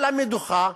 על המדוכה,